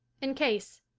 in case.